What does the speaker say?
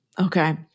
Okay